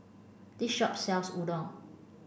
this shop sells Udon